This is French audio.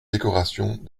décorations